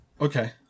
Okay